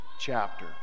chapter